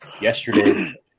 yesterday